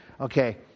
Okay